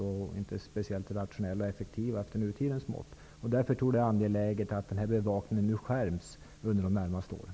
De är inte speciellt rationella och effektiva efter nutidens mått. Därför är det angeläget att bevakningen skärps under de närmaste åren.